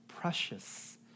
Precious